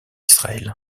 israël